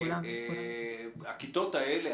הכיתות האלה,